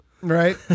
right